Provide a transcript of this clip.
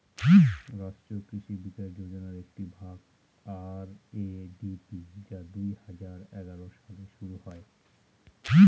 রাষ্ট্রীয় কৃষি বিকাশ যোজনার একটি ভাগ আর.এ.ডি.পি যা দুই হাজার এগারো সালে শুরু করা হয়